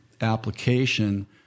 application